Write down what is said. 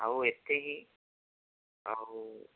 ଆଉ ଏତିକି ଆଉ